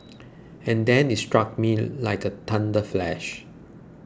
and then it struck me like a thunder flash